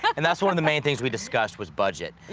and that's one of the main things we discussed was budget.